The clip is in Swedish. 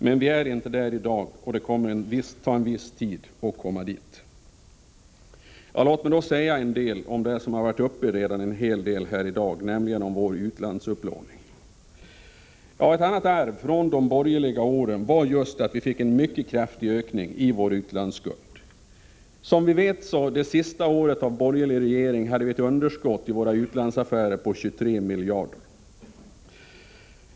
Men vi är inte där i dag, och det kommer att ta en viss tid att komma dit. Låt mig så säga ett par ord om det som redan har varit uppe till debatt en hel del här i dag, nämligen vår utlandsupplåning. Ett annat arv från de borgerliga åren var just att vi fick en mycket kraftig ökning i vår utlandsskuld. Det sista året av borgerlig regering var, som vi vet, underskottet i våra utlandsaffärer 23 miljarder.